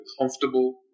comfortable